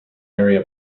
area